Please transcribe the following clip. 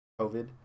COVID